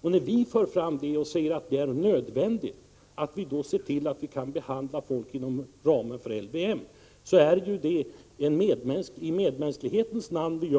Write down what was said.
Och när vi för fram vår uppfattning att det är nödvändigt att se till att vi kan behandla folk inom ramen för LVM gör vi det i medmänsklighetens namn